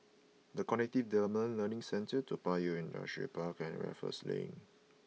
The Cognitive Development Learning Centre Toa Payoh Industrial Park and Raffles Link